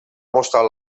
mostrar